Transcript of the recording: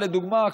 לדוגמה,